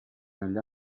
negli